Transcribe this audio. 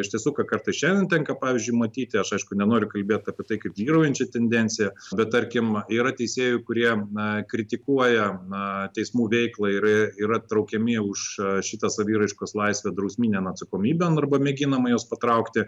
iš tiesų kartais šiandien tenka pavyzdžiui matyti aš aišku nenoriu kalbėt apie tai kaip vyraujančią tendenciją bet tarkim yra teisėjų kurie na kritikuoja na teismų veiklą ir yra traukiami už šitą saviraiškos laisvę drausminėn atsakomybėn arba mėginama juos patraukti